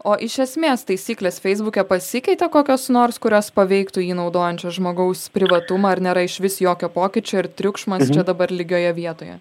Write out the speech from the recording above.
o iš esmės taisyklės feisbuke pasikeitė kokios nors kurios paveiktų jį naudojančio žmogaus privatumą ar nėra išvis jokio pokyčio ir triukšmas čia dabar lygioje vietoje